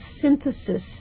synthesis